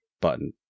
button